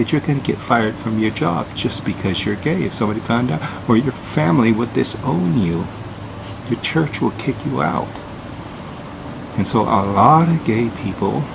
that you can get fired from your job just because you're gay if somebody found out where your family with this whole new church would kick you out and so odd gay people